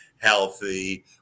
healthy